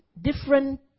Different